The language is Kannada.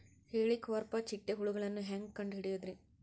ಹೇಳಿಕೋವಪ್ರ ಚಿಟ್ಟೆ ಹುಳುಗಳನ್ನು ಹೆಂಗ್ ಕಂಡು ಹಿಡಿಯುದುರಿ?